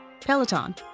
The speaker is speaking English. Peloton